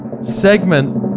segment